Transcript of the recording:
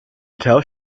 tells